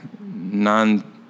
non-